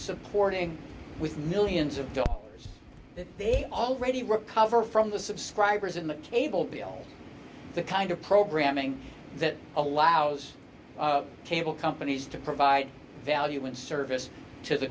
supporting with millions of dollars that they already recover from the subscribers in the cable bill the kind of programming that allows cable companies to provide value in service to the